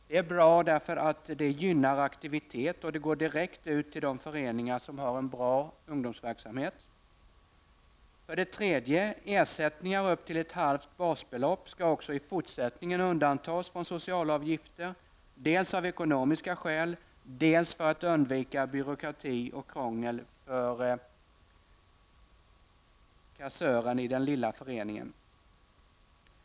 Det är bra därför att det gynnar aktivitet och går direkt ut till de föreningar som har en bra ungdomsverksamhet. 3. Ersättningar upp till ett halvt basbelopp skall också i fortsättningen undantas från socialavgifter, dels av ekonomiska skäl, dels för att undvika byråkrati och krångel för kassören i den lilla föreningen.